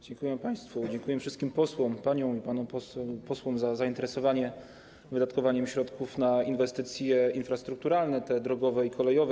Dziękujemy państwu, dziękujemy wszystkim posłom, panom i panom posłom, za zainteresowanie wydatkowaniem środków na inwestycje infrastrukturalne, te drogowe i te kolejowe.